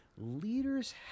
leaders